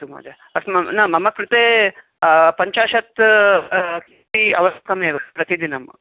अस्तु महोदय अस्तु न मम कृते पञ्चाशत् किम् आवश्यकमेव प्रतिदिनं